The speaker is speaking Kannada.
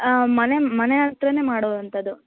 ಹಾಂ ಮನೆ ಮನೆ ಹತ್ರನೇ ಮಾಡೋ ಅಂಥದು